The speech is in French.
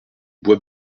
bois